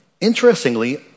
interestingly